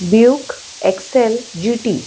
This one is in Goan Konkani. Buick Excelle G T